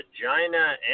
vagina